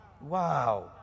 Wow